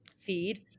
feed